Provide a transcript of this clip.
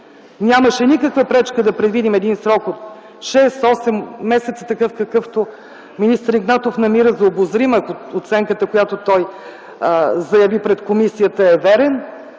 Нямаше никаква пречка да предвидим един срок от 6-8 месеца, какъвто министър Игнатов намира за обозрим, ако оценката, която той заяви пред комисията, е вярна,